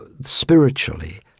spiritually